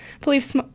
Police